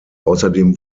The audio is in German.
außerdem